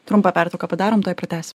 trumpą pertrauką padarom tuoj pratęsim